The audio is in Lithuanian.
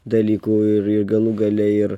dalykų ir ir galų gale ir